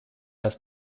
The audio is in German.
das